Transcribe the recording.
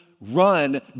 run